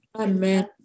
Amen